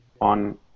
on